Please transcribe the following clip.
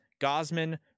Gosman